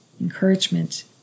encouragement